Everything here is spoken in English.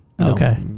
Okay